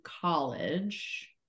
college